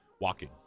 walking